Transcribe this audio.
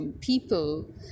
people